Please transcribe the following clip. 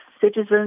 citizens